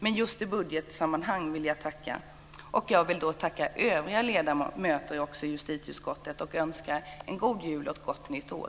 Men jag vill tacka just när det gäller budgetsammanhang. Jag vill också tacka övriga ledamöter i justitieutskottet och önska en god jul och ett gott nytt år.